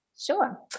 Sure